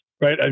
right